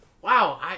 wow